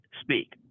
speak